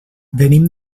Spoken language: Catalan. venim